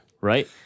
Right